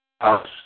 House